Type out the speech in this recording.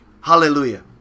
Hallelujah